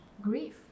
grief